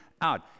out